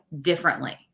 differently